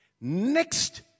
Next